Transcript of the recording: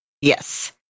Yes